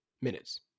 minutes